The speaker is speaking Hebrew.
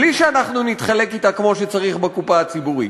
בלי שאנחנו נתחלק אתה כמו שצריך בקופה הציבורית.